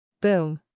Boom